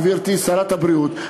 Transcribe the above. גברתי שרת הבריאות,